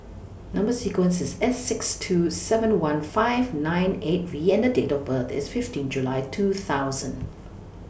Number sequence IS S six two seven one five nine eight V and Date of birth IS fifteen July two thousand